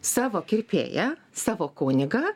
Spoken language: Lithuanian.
savo kirpėją savo kunigą